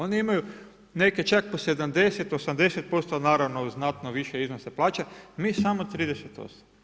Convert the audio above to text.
Oni imaju neke čak po 70, 80% naravno znatno više iznosa plaće, mi samo 38.